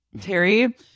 terry